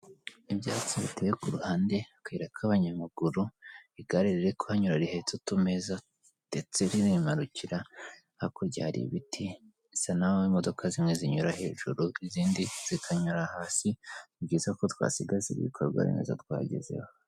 Ibyatsi biteye ku ruhande, akayira k'abanyamaguru, igare riri kuhanyura rihetse utumeza ndetse ririmanukira, hakurya hari ibiti bisa nk'aho imodoka zimwe zinyura hejuru, izindi zikanyura hasi, ni byiza ko twasigasira ibikorwa remezo twagezeho.